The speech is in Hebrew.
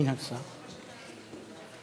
תודה רבה.